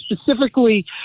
specifically